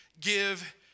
give